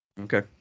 Okay